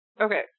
Okay